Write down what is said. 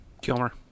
Kilmer